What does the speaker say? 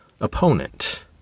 opponent